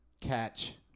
Catch